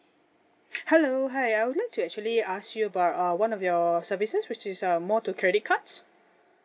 hello hi I would like to actually ask you about uh one of your services which is uh more to credit cards